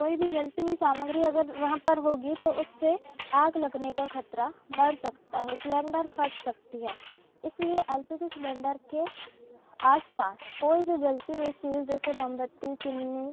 कोई भी जलती हुई सामग्री अगर वहाँ पर होगी तो उससे आग लगने का खतरा बढ़ सकता है सिलेंडर फट सकती है इसलिए एल पी जी सिलेंडर के आस पास कोई भी जलती हुई चीज़ जैसे मोमबत्ती चिमनी